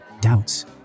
doubts